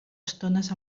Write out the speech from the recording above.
estones